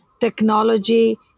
technology